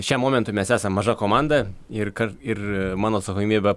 šiam momentui mes esam maža komanda ir kad ir mano atsakomybė